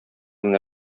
менә